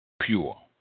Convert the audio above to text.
pure